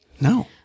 No